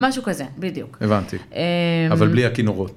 משהו כזה בדיוק. הבנתי. אבל בלי הכינורות.